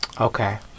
Okay